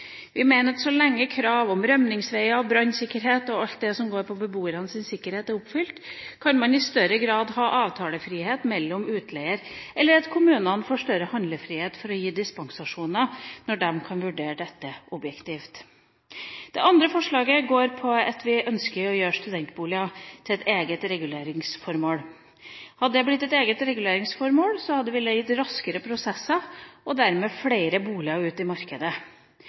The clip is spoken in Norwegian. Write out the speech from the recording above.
Vi mener at så lenge krav om rømningsveier, brannsikkerhet og at alt det som gjelder beboernes sikkerhet, er oppfylt, kan man i større grad ha avtalefrihet, og kommunene kan få større handlefrihet til å gi dispensasjoner når de kan vurdere dette objektivt. Det andre forslaget gjelder at vi ønsker å gjøre studentboliger til et eget reguleringsformål. Hadde dette blitt et eget reguleringsformål, hadde det gitt raskere prosesser og dermed flere boliger i markedet.